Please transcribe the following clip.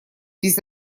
без